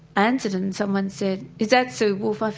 answered it, and someone's said is that sue woolfe, um